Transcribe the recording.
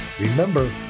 Remember